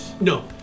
No